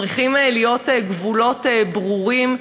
צריכים להיות גבולות ברורים,